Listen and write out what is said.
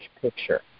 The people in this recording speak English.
picture